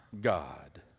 God